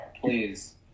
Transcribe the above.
please